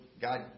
God